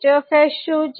𝐻𝑠 શું છે